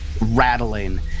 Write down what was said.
rattling